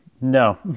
No